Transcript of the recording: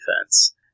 defense